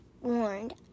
warned